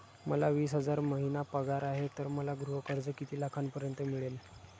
मला वीस हजार महिना पगार आहे तर मला गृह कर्ज किती लाखांपर्यंत मिळेल?